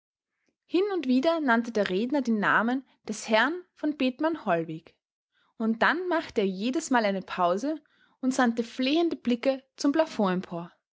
hin und wieder nannte der redner den namen des herrn von bethmann hollweg und dann machte er jedesmal eine pause und sandte flehende blicke zum